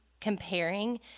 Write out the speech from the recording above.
comparing